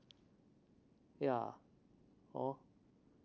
yeah oh